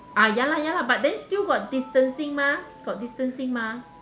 ah ya lah ya lah but then still got distancing mah got distancing mah